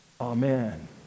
Amen